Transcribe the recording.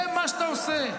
זה מה שאתה עושה.